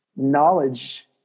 Knowledge